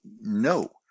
No